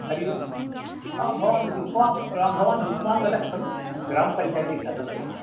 हरि ओम् भवान् रुक्मा भवान् रुक्मान्गतः खलु ग्रामपञ्चायती सदस्याः